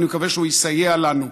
ואני מקווה שהוא יסייע לנו.